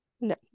no